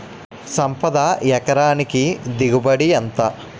సంపద ఎకరానికి దిగుబడి ఎంత?